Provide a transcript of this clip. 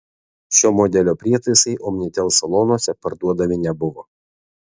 šio modelio prietaisai omnitel salonuose parduodami nebuvo